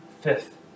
fifth